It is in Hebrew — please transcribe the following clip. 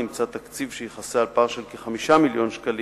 נמצא תקציב שיכסה על פער של כ-5 מיליוני שקלים,